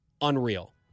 unreal